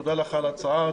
תודה לך על ההצעה,